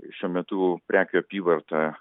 šiuo metu prekių apyvarta